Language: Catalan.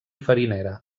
farinera